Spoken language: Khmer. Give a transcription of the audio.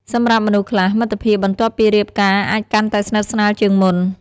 សម្រាប់មនុស្សខ្លះ មិត្តភាពបន្ទាប់ពីរៀបការអាចកាន់តែស្និទ្ធស្នាលជាងមុន។